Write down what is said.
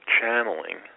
channeling